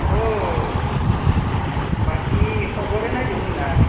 অ' বাকী খবৰে নাই দুহু তুনহাৰ